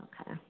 Okay